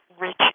rich